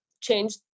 change